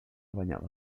banyada